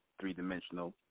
three-dimensional